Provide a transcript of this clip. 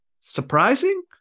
surprising